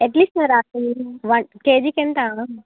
ఎట్లా ఇస్తారు వాటి కేజీకి ఎంత